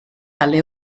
alle